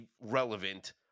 relevant